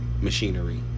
machinery